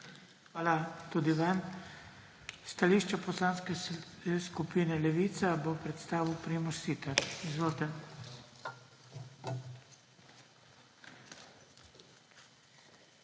Hvala tudi vam. Stališče Poslanske skupine Levica bo predstavil Primož Siter. Izvolite.